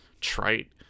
trite